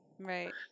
Right